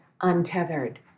untethered